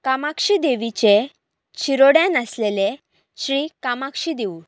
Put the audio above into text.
कामाक्षी देवीचें शिरोड्यान आसलेलें श्रीकामाक्षी देवूळ